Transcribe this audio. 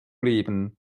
leben